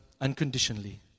unconditionally